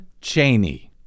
Cheney